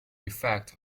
effect